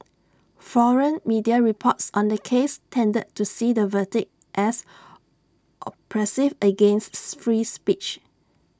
foreign media reports on the case tended to see the verdict as oppressive againsts free speech